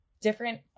different